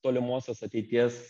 tolimosios ateities